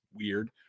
weird